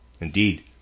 Indeed